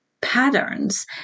patterns